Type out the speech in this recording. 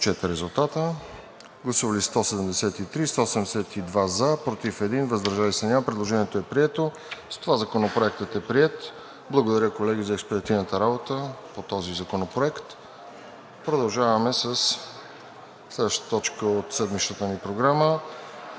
Продължаваме със следващата точка седмичната ни програма: